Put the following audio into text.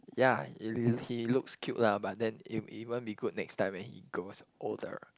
yeah he looks cute lah but then it it won't be good next time when he grows older